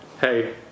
Hey